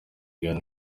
ghana